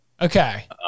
Okay